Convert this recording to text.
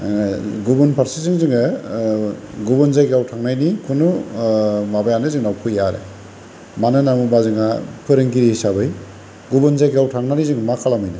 गुबुनफारसेजों जोङो गुबुन जायगायाव थांनायनि कुनु माबायानो जोंनाव फैया आरो मानो होनना बुङोबा जोंहा फोरोंगिरि हिसाबै गुबुन जायगायाव थांनानै जोङो मा खालामहैनो